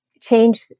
change